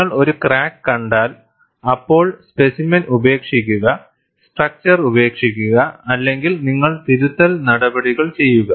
നിങ്ങൾ ഒരു ക്രാക്ക് കണ്ടാൽ അപ്പോൾ സ്പെസിമെൻ ഉപേക്ഷിക്കുക സ്ട്രക്ച്ചർ ഉപേക്ഷിക്കുക അല്ലെങ്കിൽ നിങ്ങൾ തിരുത്തൽ നടപടികൾ ചെയ്യുക